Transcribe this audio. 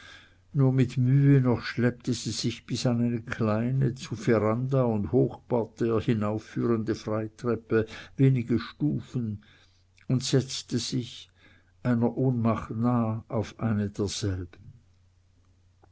nur mit mühe noch schleppte sie sich bis an eine kleine zu veranda und hochparterre hinaufführende freitreppe wenige stufen und setzte sich einer ohnmacht nah auf eine derselben